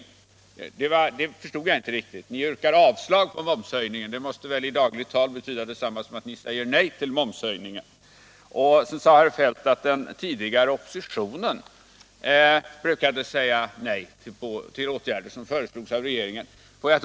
Det förstod jag inte riktigt. Ni yrkar avslag på förslaget om en momshöjning, och det måste väl i dagligt tal betyda detsamma som att ni säger nej till en momshöjning. Den tidigare oppositionen brukade säga nej till åtgärder som föreslogs av regeringen, sade herr Feldt.